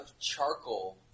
charcoal